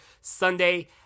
Sunday